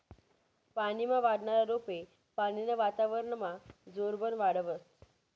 पानीमा वाढनारा रोपे पानीनं वातावरनमा जोरबन वाढतस